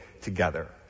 together